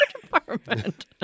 department